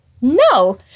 No